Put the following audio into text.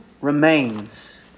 remains